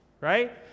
Right